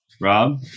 Rob